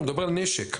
הוא מדבר על נשק.